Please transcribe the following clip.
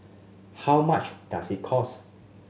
how much does it cost